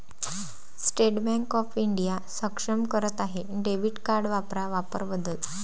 state bank of India अक्षम करत आहे डेबिट कार्ड वापरा वापर बदल